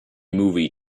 movie